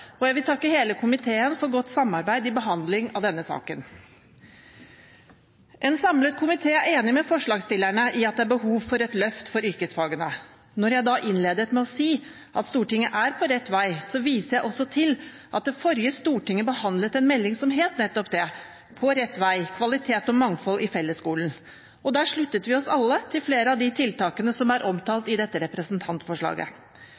og jeg vil takke hele komiteen for godt samarbeid i behandlingen av denne saken. En samlet komité er enig med forslagsstillerne i at det er behov for et løft for yrkesfagene. Når jeg da innledet med å si at Stortinget er på rett vei, viser jeg også til at forrige storting behandlet en melding som het nettopp det, På rett vei – Kvalitet og mangfold i fellesskolen. Der sluttet vi oss alle til flere av de tiltakene som er omtalt i dette representantforslaget.